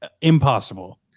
impossible